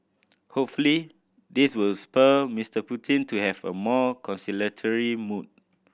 hopefully this will spur Mr Putin to have a more conciliatory mood